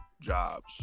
jobs